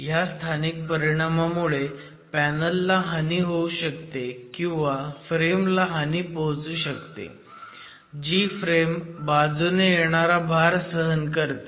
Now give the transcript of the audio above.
ह्या स्थानिक परिणामामुळे पॅनल ला हानी होऊ शकते किंवा फ्रेमला हानी पोहोचू शकते जी फ्रेम बाजूने येणारा भार सहन करते